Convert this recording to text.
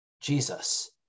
Jesus